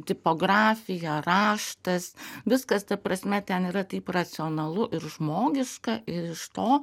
tipografija raštas viskas ta prasme ten yra taip racionalu ir žmogiška ir iš to